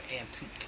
antique